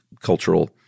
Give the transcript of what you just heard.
cultural